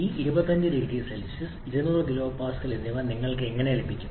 ഈ 25 0 C 200 kPa എന്നിവ നിങ്ങൾക്ക് എങ്ങനെ ലഭിക്കും